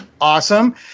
awesome